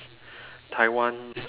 Taiwan